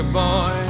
boy